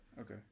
Okay